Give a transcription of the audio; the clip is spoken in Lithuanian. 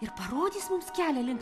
ir parodys mums kelią link